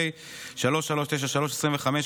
פ/3393/25,